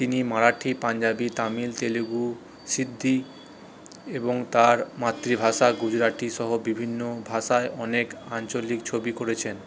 তিনি মারাঠি পাঞ্জাবি তামিল তেলুগু সিন্ধি এবং তার মাতৃভাষা গুজরাটি সহ বিভিন্ন ভাষায় অনেক আঞ্চলিক ছবি করেছেন